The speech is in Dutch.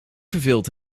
verveeld